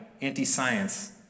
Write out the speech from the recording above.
anti-science